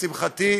לשמחתי,